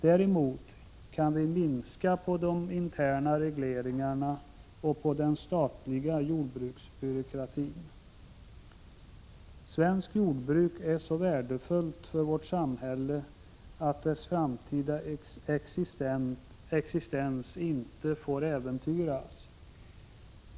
Däremot kan vi minska på de interna regleringarna och på den statliga jordbruksbyråkratin. Svenskt jordbruk är så värdefullt för vårt samhälle att dess framtida existens inte får äventyras.